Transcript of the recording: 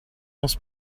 must